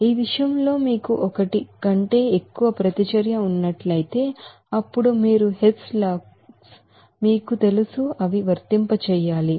ఈ విషయంలో మీకు ఒకటి కంటే ఎక్కువ ప్రతిచర్య ఉన్నట్లయితే అప్పుడు మీరు హెస్ లా మీకు తెలుసు అని వర్తింపజేయాలి